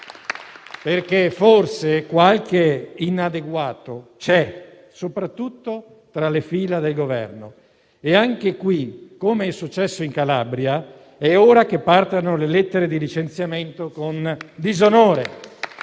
Forse qualche inadeguato c'è soprattutto tra le fila del Governo e anche qui, come è successo in Calabria, è ora che partano le lettere di licenziamento con disonore.